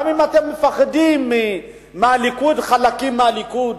גם אם אתם מפחדים מחלקים מהליכוד,